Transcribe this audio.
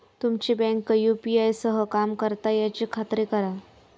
तुमची bank UPI सह काम करता याची खात्री करा